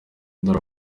dore